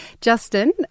Justin